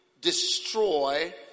destroy